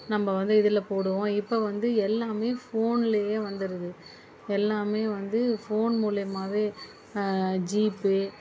நம்ம வந்து இதில் போடுவோம் இப்போ வந்து எல்லாமே ஃபோன்லயே வந்துடுது எல்லாமே வந்து ஃபோன் மூலயமாவே ஜிபே